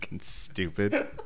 stupid